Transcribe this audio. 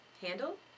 handle